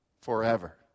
forever